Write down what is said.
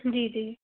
जी जी